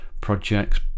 projects